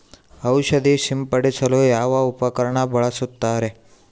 ಔಷಧಿ ಸಿಂಪಡಿಸಲು ಯಾವ ಉಪಕರಣ ಬಳಸುತ್ತಾರೆ?